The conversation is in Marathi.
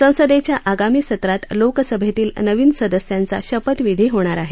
संसदेच्या आगामी सत्रात लोकसभेतील नवीन सदस्यांचा शपथविधी होणार आहे